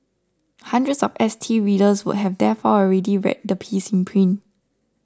hundreds of S T readers would have therefore already read the piece in print